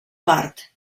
part